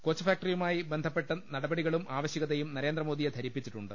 coach ഫാക്ടറിയുമായി ബന്ധപ്പെട്ട നടപടികളും ആവശ്യകതയും നരേന്ദ്രമോദിയെ ധരിപ്പിച്ചിട്ടുണ്ട്